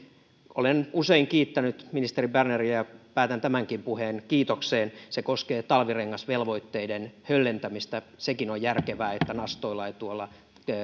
olen usein kiittänyt ministeri berneriä ja päätän tämänkin puheen kiitokseen se koskee talvirengasvelvoitteiden höllentämistä sekin on järkevää että nastoilla ei tuolla